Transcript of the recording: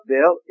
Bill